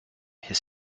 his